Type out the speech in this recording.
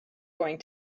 going